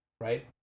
Right